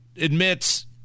admits